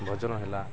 ଭଜନ ହେଲା